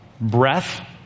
breath